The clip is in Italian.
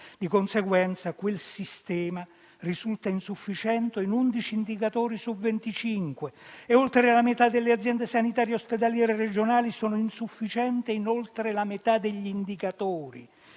di conseguenza, quel sistema risulta insufficiente in 11 indicatori su 25 e oltre la metà delle aziende sanitarie ospedaliere regionali sono insufficienti in più della metà degli indicatori.